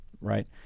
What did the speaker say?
right